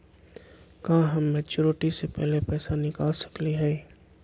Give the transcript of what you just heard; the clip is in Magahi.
का हम मैच्योरिटी से पहले पैसा निकाल सकली हई?